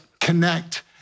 connect